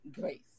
Grace